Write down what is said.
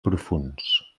profunds